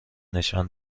نشان